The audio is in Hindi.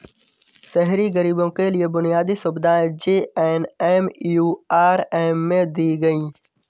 शहरी गरीबों के लिए बुनियादी सुविधाएं जे.एन.एम.यू.आर.एम में दी गई